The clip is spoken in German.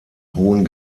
hohen